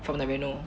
from the reno